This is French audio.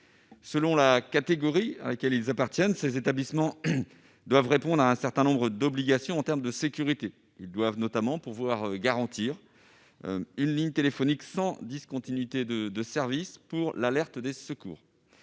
Selon la catégorie à laquelle ils appartiennent, ces établissements doivent se soumettre à un certain nombre d'obligations en termes de sécurité. Ils doivent notamment garantir l'existence d'une ligne téléphonique sans discontinuité de service pour l'alerte des services